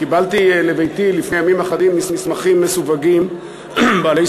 קיבלתי לביתי לפני ימים אחדים מסמכים מסווגים ברמת